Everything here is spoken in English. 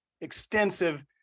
extensive